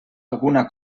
alguna